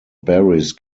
berries